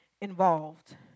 involved